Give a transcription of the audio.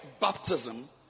baptism